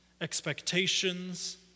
expectations